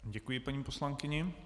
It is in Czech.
Děkuji paní poslankyni.